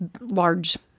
large